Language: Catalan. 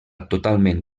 totalment